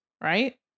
right